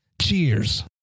Cheers